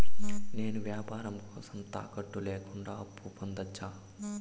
నేను వ్యాపారం కోసం తాకట్టు లేకుండా అప్పు పొందొచ్చా?